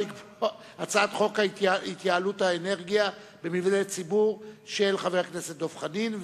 הצעת חוק התייעלות האנרגיה במבני ציבור של חבר הכנסת דב חנין,